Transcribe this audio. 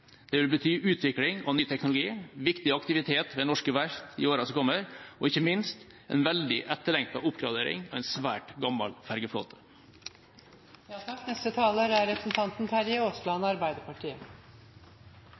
Det vil bety utvikling og ny teknologi, viktig aktivitet ved norske verft i årene som kommer, og ikke minst en veldig etterlengtet oppgradering av en svært gammel fergeflåte. Jeg starter med å si at jeg er